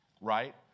Right